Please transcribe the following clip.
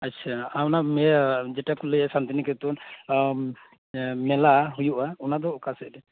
ᱟᱪᱪᱷᱟ ᱚᱱᱟ ᱤᱭᱟᱹ ᱡᱮᱴᱟ ᱠᱚ ᱞᱟᱹᱭᱮᱫ ᱮᱱᱟ ᱥᱟᱱᱛᱤᱱᱤᱠᱮᱛᱚᱱ ᱢᱮᱞᱟ ᱦᱳᱭᱳᱜᱼᱟ ᱚᱱᱟ ᱫᱚ ᱚᱠᱟ ᱥᱮᱫ ᱨᱮ